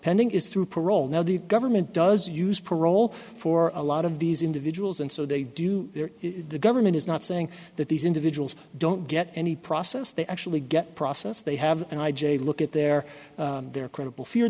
pending is through parole now the government does use parole for a lot of these individuals and so they do the government is not saying that these individuals don't get any process they actually get processed they have an i j look at their their credible fear